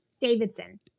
Davidson